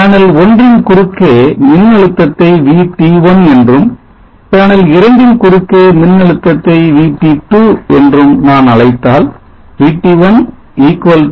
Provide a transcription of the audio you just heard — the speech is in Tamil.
பேனல் 1 ன்குறுக்கே மின்னழுத்தத்தை VT1 என்றும் பேனல் 2 ன்குறுக்கே மின்னழுத்தத்தை VT2 என்றும்நான் அழைத்தால் VT1 VT2 VT